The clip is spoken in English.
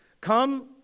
Come